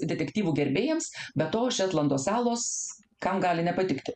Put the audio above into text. detektyvų gerbėjams be to šetlando salos kam gali nepatikti